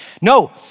No